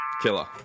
Killer